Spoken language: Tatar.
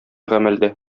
гамәлдә